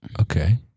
Okay